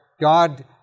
God